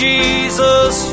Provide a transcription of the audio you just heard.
Jesus